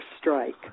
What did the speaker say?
strike